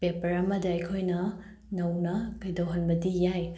paper ꯑꯃꯗ ꯑꯩꯈꯣꯏꯅ ꯅꯧꯅ ꯀꯩꯗꯧꯍꯟꯕꯗꯤ ꯌꯥꯏ